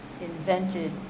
Invented